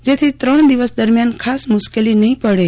જેથી ત્રણ દિવસ દરમ્યાન ખાસ મુશ્કેલી નહીં પડે